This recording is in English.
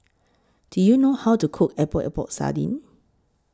Do YOU know How to Cook Epok Epok Sardin